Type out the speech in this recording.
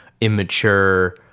immature